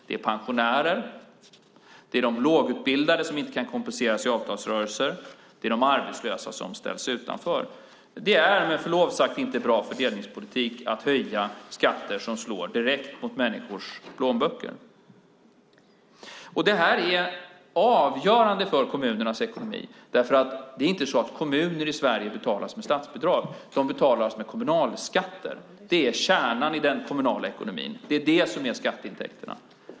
Det är pensionärer, de lågutbildade som inte kan kompenseras i avtalsrörelser och de arbetslösa som ställs utanför. Det är med förlov sagt inte bra fördelningspolitik att höja skatter som slår direkt mot människors plånböcker. Det här är avgörande för kommunernas ekonomi. Det är inte så att kommuner i Sverige betalas med statsbidrag. De betalas med kommunalskatter. Det är kärnan i den kommunala ekonomin. Det är det som är skatteintäkterna.